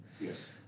Yes